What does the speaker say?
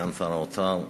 סגן שר האוצר,